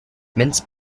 mince